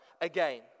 again